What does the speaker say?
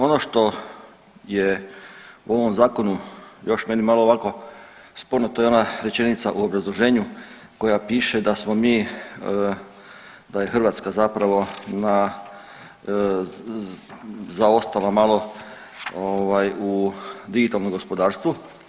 Ono što je u ovom zakonu još meni malo ovako sporno, to je ona rečenica u obrazloženju koja piše da smo mi, da je Hrvatska zapravo zaostala malo u digitalnom gospodarstvu.